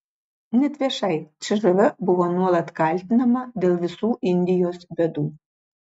net viešai cžv buvo nuolat kaltinama dėl visų indijos bėdų